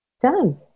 Done